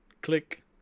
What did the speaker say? Click